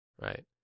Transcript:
right